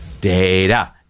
data